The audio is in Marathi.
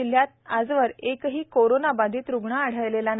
जिल्ह्यात आजवर एकही कोरोनाबाधित रुग्ण आढळलेला नाही